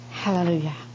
Hallelujah